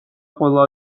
ყველა